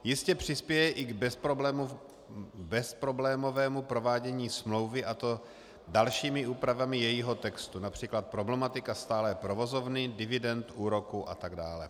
Jistě přispěje i k bezproblémovému provádění smlouvy, a to dalšími úpravami jejího textu, např. problematika stále provozovny, dividend, úroků atd.